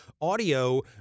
Audio